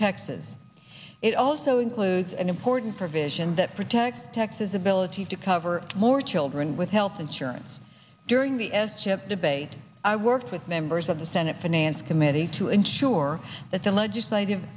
texas it also includes an important provision that protects tex's ability to cover more children with health insurance during the s chip debate i worked with members of the senate finance committee to ensure that the legislative